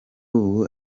ubu